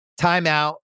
Timeout